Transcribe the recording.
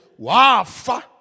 wafa